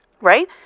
Right